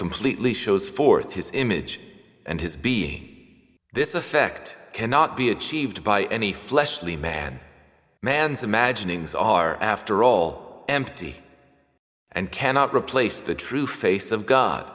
completely shows forth his image and his be this effect cannot be achieved by any fleshly man man's imaginings are after all empty and cannot replace the true face of god